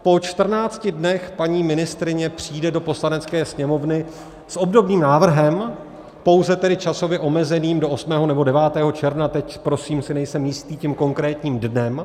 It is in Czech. Po čtrnácti dnech paní ministryně přijde do Poslanecké sněmovny s obdobným návrhem, pouze tedy časově omezeným do 8. nebo 9. června, teď prosím si nejsem jistý tím konkrétním dnem.